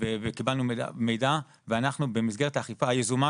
וקיבלנו מידע ובמסגרת האכיפה היזומה